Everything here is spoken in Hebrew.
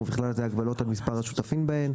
ובכלל זה הגבלות על מספר השותפים בהן,